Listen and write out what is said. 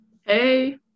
hey